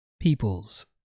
peoples